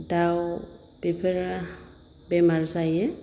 दाउ बेफोरो बेमार जायो